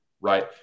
right